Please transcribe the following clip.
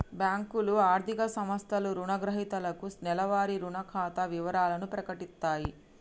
బ్యేంకులు, ఆర్థిక సంస్థలు రుణగ్రహీతలకు నెలవారీ రుణ ఖాతా వివరాలను ప్రకటిత్తయి